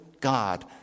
God